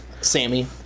Sammy